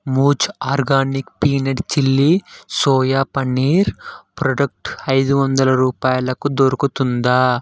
మూజ్ organic peanut chilli soya paneer product ఐదు వందల రూపాయలకు దొరుకుతుందా